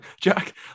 Jack